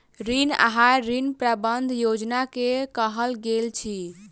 ऋण आहार, ऋण प्रबंधन योजना के कहल गेल अछि